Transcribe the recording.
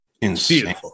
insane